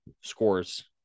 scores